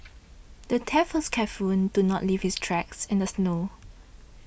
the thief was careful and to not leave his tracks in the snow